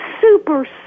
super